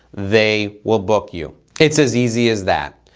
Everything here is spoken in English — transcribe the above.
they will book you. it's as easy as that.